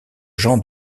jean